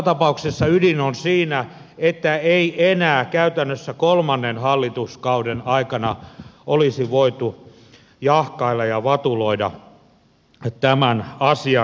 ja ydin on siinä että ei enää käytännössä kolmannen hallituskauden aikana olisi voitu jahkailla ja vatuloida tämän asian kanssa